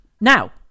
Now